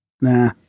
Nah